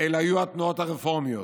היו התנועות הרפורמיות.